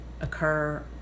occur